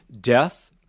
death